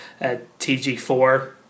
TG4